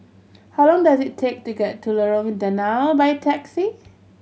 how long does it take to get to Lorong Danau by taxi